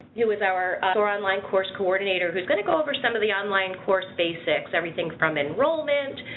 who is our soar online course coordinator, who's going to go over some of the online course basics. everything from enrollment